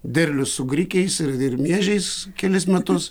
derlius su grikiais ir ir miežiais kelis metus